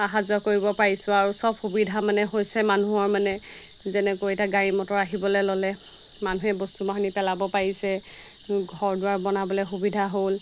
অহা যোৱা কৰিব পাৰিছোঁ আৰু চব সুবিধা মানে হৈছে মানুহৰ মানে যেনেকৈ এতিয়া গাড়ী মটৰ আহিবলৈ ল'লে মানুহে বস্তু বাহিনী পেলাব পাৰিছে ঘৰ দুৱাৰ বনাবলৈ সুবিধা হ'ল